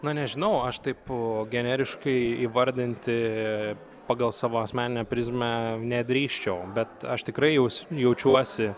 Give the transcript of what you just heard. na nežinau aš taip generiškai įvardinti pagal savo asmeninę prizmę nedrįsčiau bet aš tikrai jaus jaučiuosi